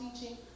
teaching